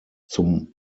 zum